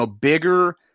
bigger